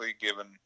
given